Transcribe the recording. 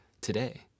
today